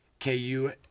KU